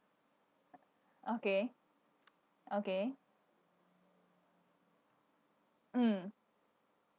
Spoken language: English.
okay okay mm